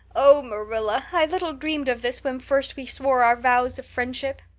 oh, marilla, i little dreamed of this when first we swore our vows of friendship.